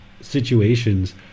situations